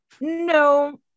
No